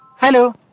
Hello